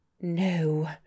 No